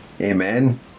Amen